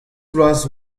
vloaz